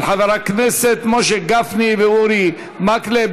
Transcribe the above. של חברי הכנסת משה גפני ואורי מקלב,